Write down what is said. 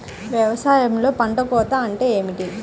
వ్యవసాయంలో పంట కోత అంటే ఏమిటి?